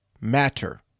matter